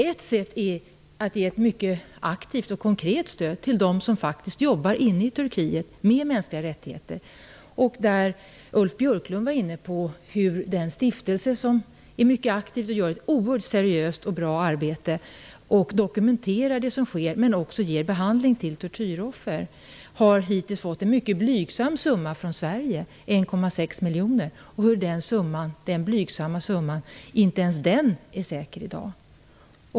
Ett sätt är att ge ett mycket aktivt och konkret stöd till dem som faktiskt jobbar inne i Turkiet med mänskliga rättigheter. Ulf Björklund talade om den stiftelse som är mycket aktiv och som utför ett oerhört seriöst och bra arbete, dokumenterar det som sker och ger tortyroffer behandling. Denna stiftelse har hittills fått en mycket blygsam summa från Sverige - 1,6 miljoner. Inte ens den här blygsamma summan kan man vara säker på i dag.